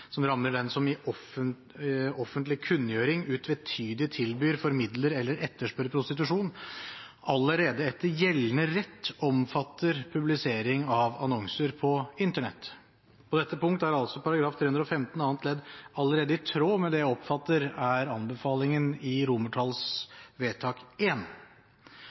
som rammer den «som i offentlig kunngjøring utvetydig tilbyr, formidler eller etterspør prostitusjon», allerede etter gjeldende rett omfatter publisering av annonser på Internett. På dette punkt er altså § 315 annet ledd allerede i tråd med det jeg oppfatter er innstillingens forslag til vedtak I.